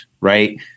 right